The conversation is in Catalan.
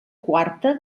quarta